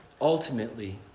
Ultimately